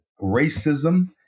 racism